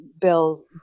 Bill